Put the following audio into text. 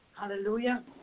Hallelujah